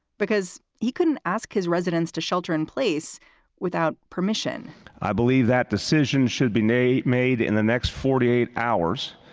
because he couldn't ask his residents to shelter in place without permission i believe that decisions should be made made in the next forty eight hours.